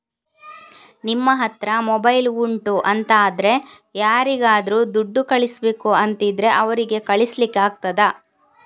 ನಿಮ್ಮ ಹತ್ರ ಮೊಬೈಲ್ ಉಂಟು ಅಂತಾದ್ರೆ ಯಾರಿಗಾದ್ರೂ ದುಡ್ಡು ಕಳಿಸ್ಬೇಕು ಅಂತಿದ್ರೆ ಅವರಿಗೆ ಕಳಿಸ್ಲಿಕ್ಕೆ ಆಗ್ತದೆ